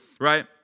right